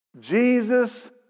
Jesus